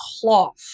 cloth